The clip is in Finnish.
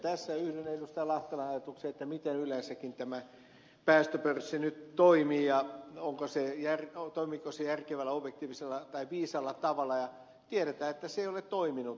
lahtelan ajatukseen miten yleensäkin tämä päästöpörssi nyt toimii ja toimiiko se järkevällä objektiivisella tai viisaalla tavalla ja tiedetään että se ei ole toiminut